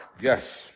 Yes